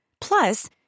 Plus